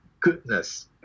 goodness